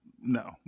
no